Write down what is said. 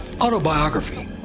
autobiography